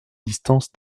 distance